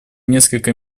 несколько